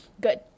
good